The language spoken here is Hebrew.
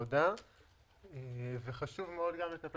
כדי ששוק העבודה יחזור לשגרה רגילה ואז יגדיל